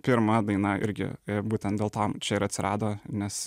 pirma daina irgi būtent dėl to čia ir atsirado nes